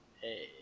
Hey